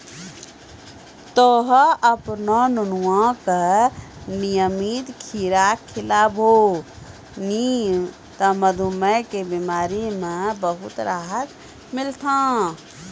तोहॅ आपनो नुनुआ का नियमित खीरा खिलैभो नी त मधुमेह के बिमारी म बहुत राहत मिलथौं